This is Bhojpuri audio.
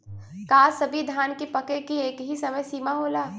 का सभी धान के पके के एकही समय सीमा होला?